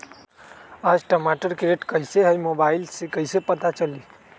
आज टमाटर के रेट कईसे हैं मोबाईल से कईसे पता चली?